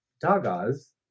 Dagas